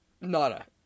Nada